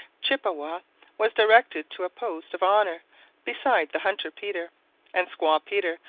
chippewa was directed to a post of honour beside the hunter peter and squaw peter,